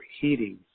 heating